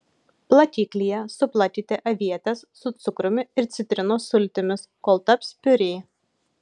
plakiklyje suplakite avietes su cukrumi ir citrinos sultimis kol taps piurė